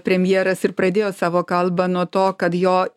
premjeras ir pradėjo savo kalbą nuo to kad jo